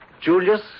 Julius